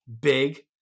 big